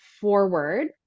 forward